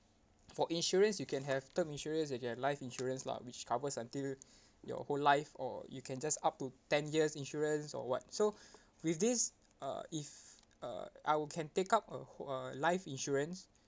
for insurance you can have them insurance you can have life insurance lah which covers until your whole life or you can just up to ten years insurance or [what] so with this uh if uh I will can take up a who~ uh life insurance